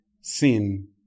Sin